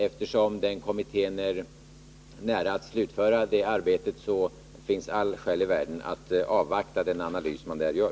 Eftersom den kommittén är nära att slutföra arbetet finns det allt skäl i världen att avvakta den analys man där gör.